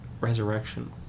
resurrection